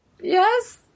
Yes